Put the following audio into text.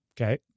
okay